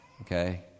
okay